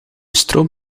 stroom